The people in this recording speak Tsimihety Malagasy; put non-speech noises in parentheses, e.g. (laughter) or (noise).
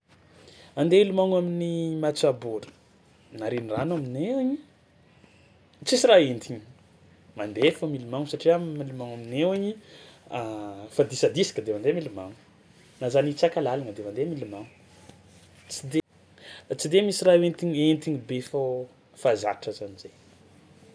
Andeha ilomagno amin'ny matsabôra na renirano aminay agny tsisy raha entigny, mandeha fao milomagno satria milomagno aminay hogny (hesitation) fa disadisaka de mandeha milomagno, na za nitsaka làlagna de mandeha milomagno, tsy d- tsy de misy raha lentigny entigny be fao fa zatra zany zahay.